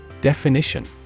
Definition